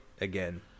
again